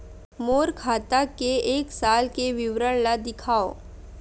मोर खाता के एक साल के विवरण ल दिखाव?